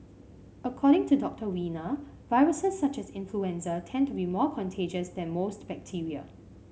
according to Doctor Wiener viruses such as influenza tend to be more contagious than most bacteria